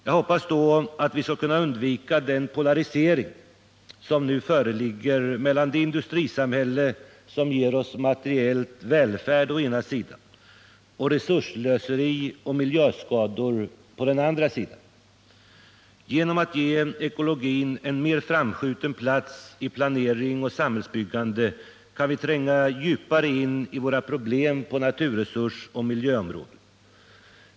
Jag hoppas att vi därmed också skall kunna undvika den polarisering som nu föreligger mellan det industrisamhälle som ger oss materiell välfärd å ena sidan och resursslöseri och miljöskador å den andra sidan. Genom att ge ekologin en mer framskjuten plats i planering och samhällsbyggande kan vi tränga djupare in i våra problem på naturresursoch miljöområdet.